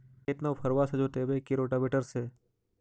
खेत नौफरबा से जोतइबै की रोटावेटर से?